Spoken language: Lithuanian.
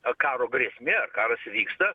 a karo grėsmė karas vyksta